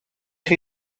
chi